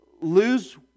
lose